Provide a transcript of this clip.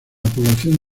población